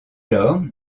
lors